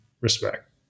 respect